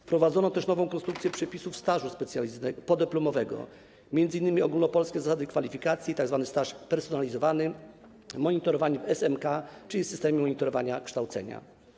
Wprowadzono też nową konstrukcję przepisów co do stażu podyplomowego, m.in. ogólnopolskie zasady kwalifikacji, tzw. staż spersonalizowany, monitorowanie w SMK, czyli systemie monitorowania kształcenia.